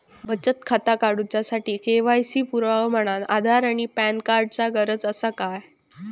बचत खाता काडुच्या साठी के.वाय.सी पुरावो म्हणून आधार आणि पॅन कार्ड चा गरज आसा काय?